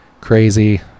crazy